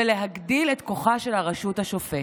ולהגדיל את כוחה של הרשות השופטת.